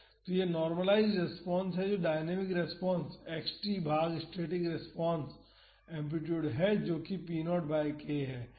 तो यह normalized response है जो डायनामिक रेस्पॉन्स x t भाग स्टैटिक रेस्पॉन्स एम्पलीटूड है जो कि p0 बाई k है